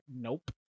nope